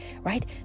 right